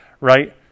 right